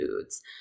foods